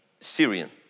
Syrian